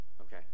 okay